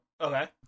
Okay